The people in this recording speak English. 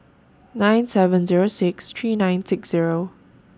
nine seven Zero six three nine six Zero